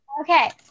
Okay